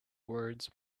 words